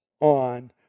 on